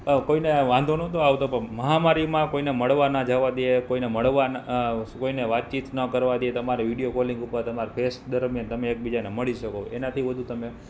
કોઈને વાંધો નહોતો આવતો પ મહામારીમાં કોઈને મળવા ના જવા દે કોઈને મળવા કોઈને વાતચીત ન કરવા દે તમારે વીડિયો કોલિંગ ઉપર તમાર ફેસ દરમિયાન તમે એકબીજાને મળી શકો એનાથી વધુ તમે